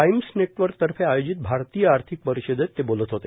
Times नेटवर्कतर्फे आयोजित भारतीय आर्थिक परिषदेत ते बोलत होते